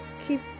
keep